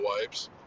wipes